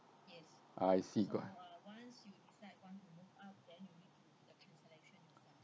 I see got it